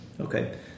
okay